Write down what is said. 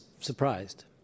surprised